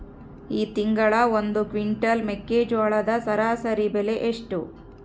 ಈ ತಿಂಗಳ ಒಂದು ಕ್ವಿಂಟಾಲ್ ಮೆಕ್ಕೆಜೋಳದ ಸರಾಸರಿ ಬೆಲೆ ಎಷ್ಟು?